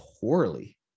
poorly